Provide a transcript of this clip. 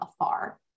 afar